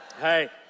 Hey